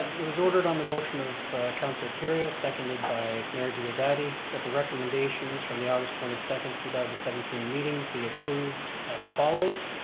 and it was ordered on the motion of counselor kerrio, seconded by mayor diodati that the recommendations from the august twenty second two thousand and seventeen meeting be approved as follows.